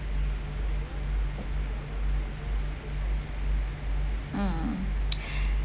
mm